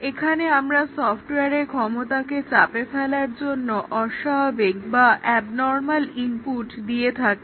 এখানে আমরা সফটওয়্যারের ক্ষমতাকে চাপে ফেলার জন্য অস্বাভাবিক বা এ্যাবনরমাল ইনপুট দিয়ে থাকি